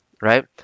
right